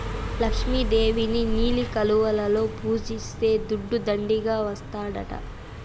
లక్ష్మి దేవిని నీలి కలువలలో పూజిస్తే దుడ్డు దండిగా ఇస్తాడట